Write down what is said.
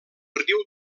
riu